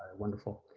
wonderful.